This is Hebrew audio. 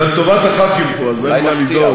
זה לטובת הח"כים פה, אז אין מה לדאוג.